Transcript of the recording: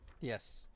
Yes